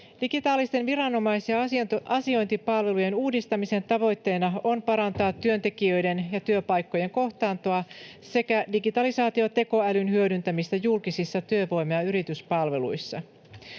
Digitaalisten viranomais‑ ja asiointipalvelujen uudistamisen tavoitteena on parantaa työntekijöiden ja työpaikkojen kohtaantoa sekä digitalisaatiotekoälyn hyödyntämistä julkisissa työvoima‑ ja yrityspalveluissa.